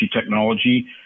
technology